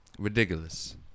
Ridiculous